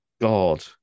God